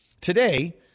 today